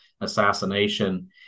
assassination